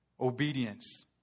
Obedience